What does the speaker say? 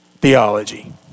theology